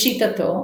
לשיטתו,